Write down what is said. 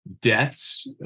deaths